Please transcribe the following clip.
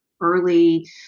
early